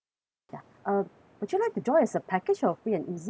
ya uh but you'd like to join as a package or a free and easy